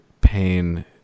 pain